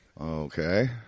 Okay